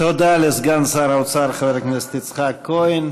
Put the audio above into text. לסגן שר האוצר חבר הכנסת יצחק כהן.